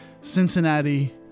cincinnati